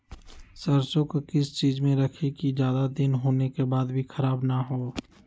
सरसो को किस चीज में रखे की ज्यादा दिन होने के बाद भी ख़राब ना हो?